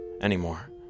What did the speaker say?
anymore